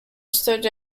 study